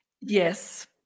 Yes